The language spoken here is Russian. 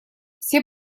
все